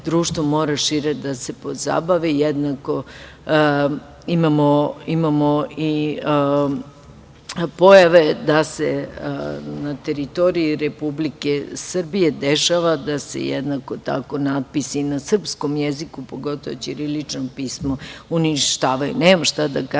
društvo mora šire da se pozabavi. Jednako imamo i pojave da se na teritoriji Republike Srbije dešava da se jednako tako natpisi na srpskom jeziku, pogotovo ćiriličnom pismu, uništavaju. Nemam šta da kažem